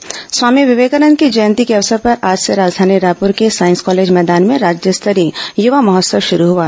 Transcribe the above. युवा महोत्सव स्वामी विवेकानंद की जयंती के अवसर पर आज से राजधानी रायपुर के साईंस कॉलेज मैदान में राज्य स्तरीय युवा महोत्सव शुरू हुआ